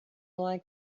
like